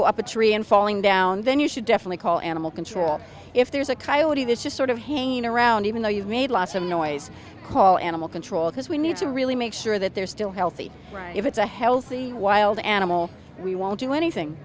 go up a tree and falling down then you should definitely call animal control if there's a coyote that's just sort of hanging around even though you've made lots of noise call animal control because we need to really make sure that they're still healthy if it's a healthy wild animal we won't do anything